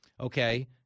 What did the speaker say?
Okay